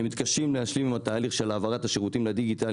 הם מתקשים להשלים עם התהליך של העברת השירותים לדיגיטל,